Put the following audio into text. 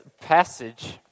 passage